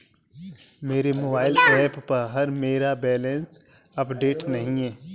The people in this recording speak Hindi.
मेरे मोबाइल ऐप पर मेरा बैलेंस अपडेट नहीं है